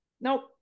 nope